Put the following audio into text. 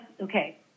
okay